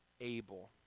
able